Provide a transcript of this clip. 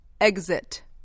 Exit